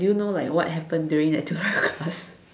do you know like what happened during that tutorial class